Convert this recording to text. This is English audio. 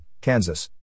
Kansas